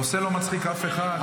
הנושא לא מצחיק אף אחד.